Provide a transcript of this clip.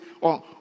on